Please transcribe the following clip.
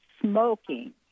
smoking